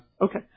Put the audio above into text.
okay